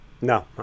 No